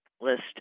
list